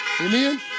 Amen